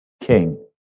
king